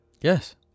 Yes